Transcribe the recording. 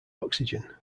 oxygen